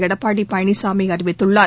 எடப்பாடி பழனிசாமி அறிவித்துள்ளார்